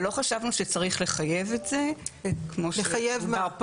אבל לא חשבנו שצריך לחייב את זה כמו שדובר פה